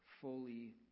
fully